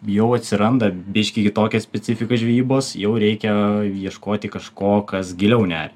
jau atsiranda biškį kitokia specifika žvejybos jau reikia ieškoti kažko kas giliau neria